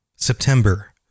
September